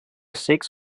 six